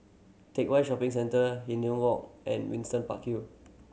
Teck Whye Shopping Centre Hindhede Walk and Windsor Park Hill